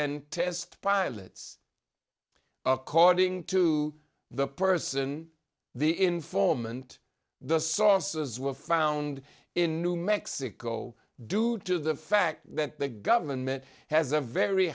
and test pilots according to the person the informant the saucers were found in new mexico due to the fact that the government has a very